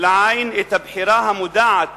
לעין את הבחירה המודעת